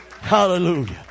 Hallelujah